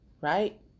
right